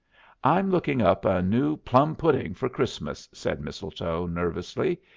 i'm looking up a new plum-pudding for christmas, said mistletoe, nervously,